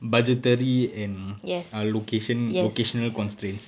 budgetary and err location locational constraints